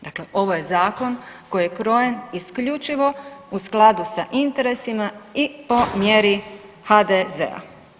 Dakle ovo je zakon koji je krojen isključivo u skladu sa interesima i po mjeri HDZ-a.